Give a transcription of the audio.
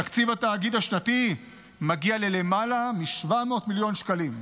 תקציב התאגיד השנתי מגיע ללמעלה מ-700 מיליון שקלים,